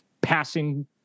passing